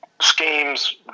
schemes